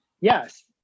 Yes